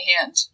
hand